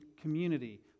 community